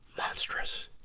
monstrous!